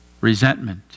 resentment